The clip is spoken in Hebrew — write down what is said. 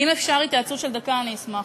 אם אפשר התייעצות של דקה, אני אשמח.